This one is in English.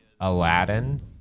Aladdin